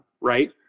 right